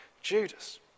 Judas